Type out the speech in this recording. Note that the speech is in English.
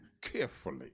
carefully